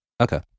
Okay